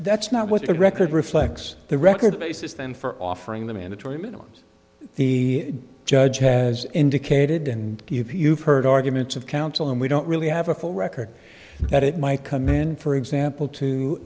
that's not what your record reflects the record basis then for offering the mandatory minimums the judge has indicated and if you've heard arguments of counsel and we don't really have a full record that it might come in for example to